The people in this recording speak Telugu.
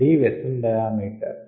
D vessel diameter